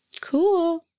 cool